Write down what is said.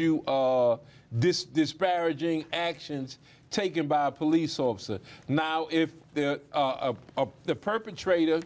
you busy this disparaging actions taken by a police officer now if the perpetrator